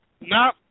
no